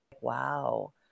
wow